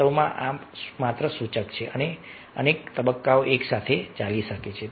વાસ્તવમાં આ માત્ર સૂચક છે અનેક તબક્કાઓ એકસાથે ચાલી શકે છે